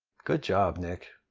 good job, nick.